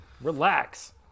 Relax